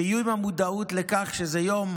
שיהיו עם המודעות לכך שזה יום